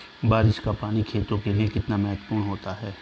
बारिश का पानी खेतों के लिये कितना महत्वपूर्ण होता है?